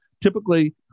Typically